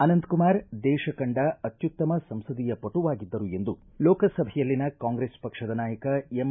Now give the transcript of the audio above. ಅನಂತಕುಮಾರ್ ದೇಶ ಕಂಡ ಅತ್ಯತ್ತಮ ಸಂಸದೀಯ ಪಟುವಾಗಿದ್ದರು ಎಂದು ಲೋಕಸಭೆಯಲ್ಲಿನ ಕಾಂಗ್ರೆಸ್ ಪಕ್ಷದ ನಾಯಕ ಎಂ